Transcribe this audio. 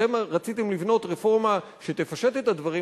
אתם רציתם לבנות רפורמה שתפשט את הדברים,